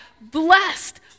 Blessed